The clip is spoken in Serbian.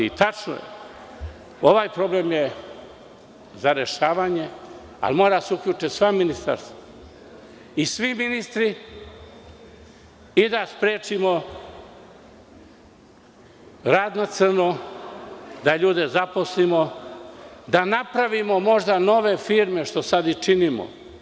Tačno je, ovaj problem je za rešavanje, ali mora da se uključe sva ministarstva, svi ministri i da sprečimo rad na crno, da ljude zaposlimo, da napravimo možda nove firme, što sada i činimo.